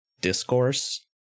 discourse